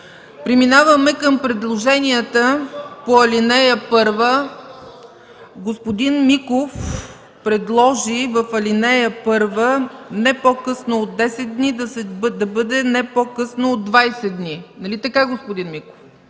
Преминаваме към предложенията по ал. 1. Господин Миков предложи в ал. 1 „не по-късно от 10 дни” да бъде „не по-късно от 20 дни”. Нали така, господин Миков?